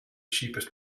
cheapest